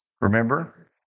Remember